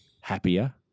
happier